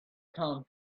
come